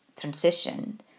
transition